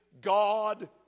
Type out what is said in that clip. God